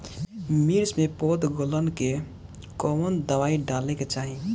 मिर्च मे पौध गलन के कवन दवाई डाले के चाही?